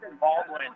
Baldwin